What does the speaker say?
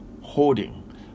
holding